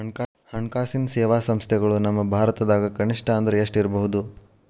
ಹಣ್ಕಾಸಿನ್ ಸೇವಾ ಸಂಸ್ಥೆಗಳು ನಮ್ಮ ಭಾರತದಾಗ ಕನಿಷ್ಠ ಅಂದ್ರ ಎಷ್ಟ್ ಇರ್ಬಹುದು?